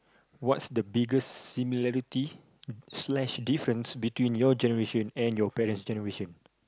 what's the biggest similarity slash difference between your generation and your parents generation